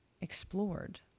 explored